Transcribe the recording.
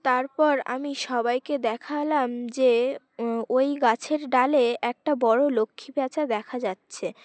তারপর আমি সবাইকে দেখালাম যে ওই গাছের ডালে একটা বড়ো লক্ষ্মী প্যাঁচা দেখা যাচ্ছে